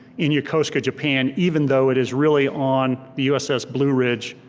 in yokosuka, japan, even though it is really on the uss blue ridge,